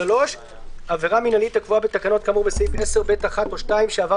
(3) עבירה מינהלית הקבועה בתקנות כאמור בסעיף 10(ב)(1) או (2) שעבר